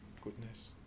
goodness